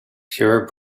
pure